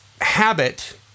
habit